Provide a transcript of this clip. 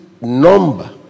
number